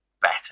better